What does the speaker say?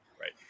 right